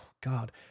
God